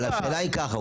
אבל השאלה היא ככה,